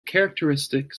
characteristic